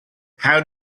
how